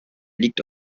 liegt